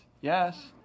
yes